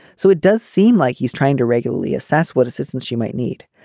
so it does seem like he's trying to regularly assess what assistance she might need.